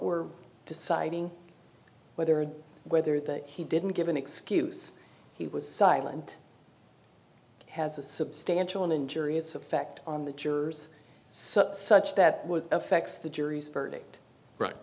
we're deciding whether or whether that he didn't give an excuse he was silent has a substantial and injurious effect on the jurors so such that affects the jury's verdict